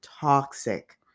toxic